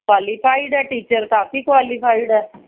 qualified ਹੈ teacher ਕਾਫ਼ੀ qualified ਹੈ